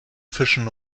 fischen